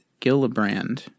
Gillibrand